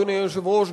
אדוני היושב-ראש,